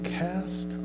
cast